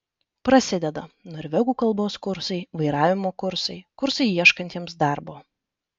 prasideda norvegų kalbos kursai vairavimo kursai kursai ieškantiems darbo